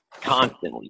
constantly